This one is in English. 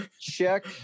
check